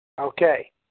Okay